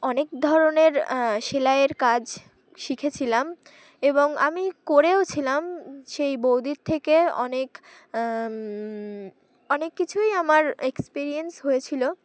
অনেক ধরনের সেলাইয়ের কাজ শিখেছিলাম এবং আমি করেও ছিলাম সেই বৌদির থেকে অনেক অনেক কিছুই আমার এক্সপিরিয়েন্স হয়েছিলো